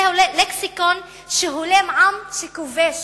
זהו לקסיקון שהולם עם שכובש,